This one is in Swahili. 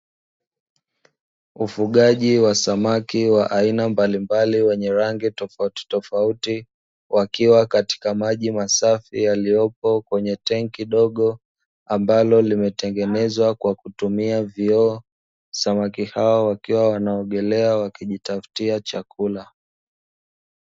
Ufugaji wa samaki wa aina mbalimbali wenye rangi tofautitofauti wakiwa katika maji masafi yaliyopo kwenye tenki dogo ambalo limetengezwa kwa kutumia vioo. Samaki hao wakiwa wanaogelea wakijitafutia chakula.